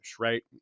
Right